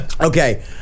Okay